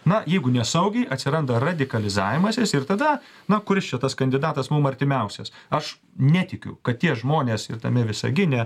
na jeigu nesaugiai atsiranda radikalizavimasis ir tada na kuris čia tas kandidatas mum artimiausias aš netikiu kad tie žmonės ir tame visagine